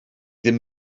ddim